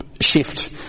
shift